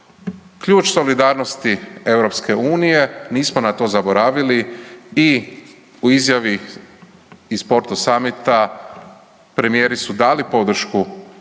ključ solidarnosti EU, nismo na to zaboravili, i u izjavi iz Porto samita premijeri su dali podršku